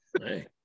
Hey